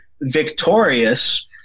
Victorious